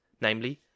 namely